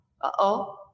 Uh-oh